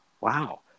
Wow